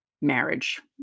marriage